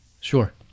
Sure